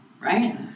right